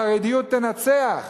החרדיות תנצח.